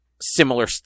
similar